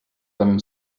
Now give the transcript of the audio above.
them